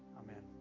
Amen